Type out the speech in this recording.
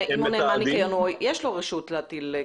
אם הוא נאמן ניקיון יש לו רשות להטיל קנס.